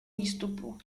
výstupu